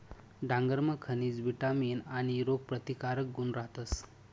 डांगरमा खनिज, विटामीन आणि रोगप्रतिकारक गुण रहातस